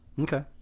Okay